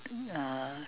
uh